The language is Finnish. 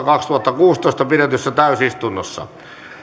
kaksituhattakuusitoista pidetyssä täysistunnossa